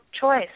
choice